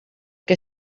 que